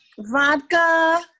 vodka